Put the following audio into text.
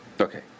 Okay